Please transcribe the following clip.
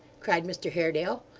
cried mr haredale.